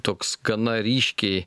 toks gana ryškiai